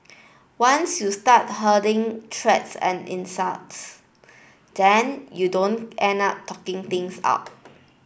once you start hurting threats and insults then you don't end up talking things out